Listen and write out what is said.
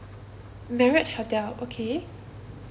marriott hotel okay